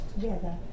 together